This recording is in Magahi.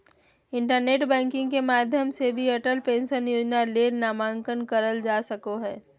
इंटरनेट बैंकिंग के माध्यम से भी अटल पेंशन योजना ले नामंकन करल का सको हय